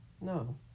No